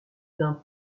d’un